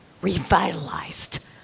revitalized